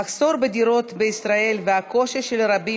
המחסור בדירות בישראל והקושי של רבים